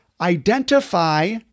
identify